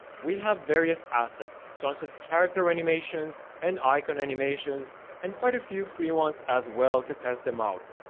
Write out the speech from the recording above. we have various assets such as character animations and icon animations and quite a few free ones as well to test them out.